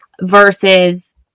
versus